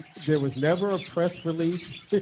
there was never a press release.